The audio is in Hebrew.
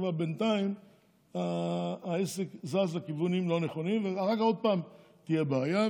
כבר בינתיים העסק זז לכיוונים לא נכונים ואחר כך עוד פעם תהיה בעיה.